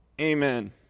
Amen